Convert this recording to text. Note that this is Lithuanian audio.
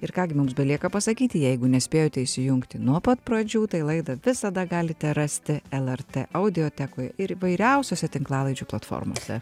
ir ką gi mums belieka pasakyti jeigu nespėjote įsijungti nuo pat pradžių tai laidą visada galite rasti lrt audiotekoj ir įvairiausiose tinklalaidžių platformose